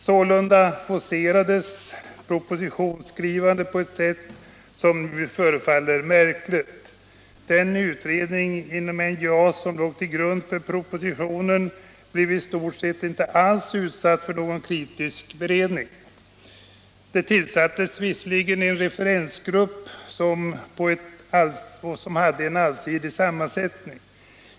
Sålunda forcerades propositionsskrivandet på ett sätt som nu förefaller märkligt. Den utredning inom NJA som låg till grund för propositionen blev i stort sett inte alls utsatt för någon kritisk granskning under beredningen. Det tillsattes visserligen en referensgrupp som hade en allsidig sammansättning.